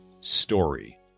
story